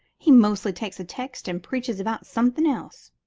he mostly takes a text and preaches about something else.